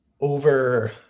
over